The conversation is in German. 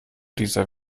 dieser